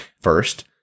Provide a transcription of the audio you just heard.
First